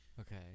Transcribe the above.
Okay